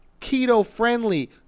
keto-friendly